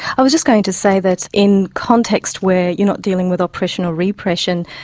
i was just going to say that in contexts where you're not dealing with oppression or repression,